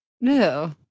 No